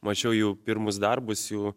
mačiau jų pirmus darbus jų